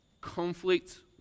conflict